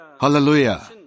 Hallelujah